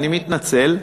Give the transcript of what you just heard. אני מתנצל.